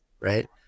right